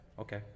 okay